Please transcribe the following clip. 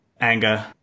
anger